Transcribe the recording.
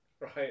right